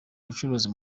ubucuruzi